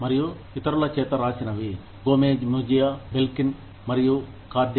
మరియు ఇతరుల చేత రాసినవి గోమెజ్ మెజియా Belkin మరియు కార్డి